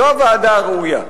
זו הוועדה הראויה.